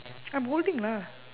I'm holding lah